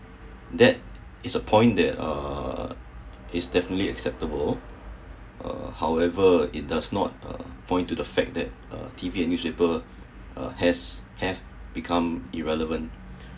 that is a point that uh is definitely acceptable uh however it does not uh point to the fact that uh T_V and newspaper uh has have become irrelevant